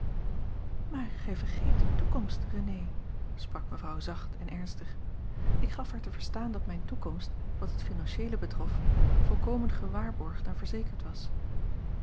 maar gij vergeet de toekomst renee sprak mevrouw zacht en ernstig ik gaf haar te verstaan dat mijne toekomst wat het financieele betrof volkomen gewaarborgd en verzekerd was